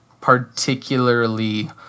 particularly